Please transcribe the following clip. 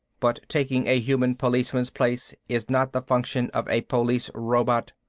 but taking a human policeman's place is not the function of a police robot.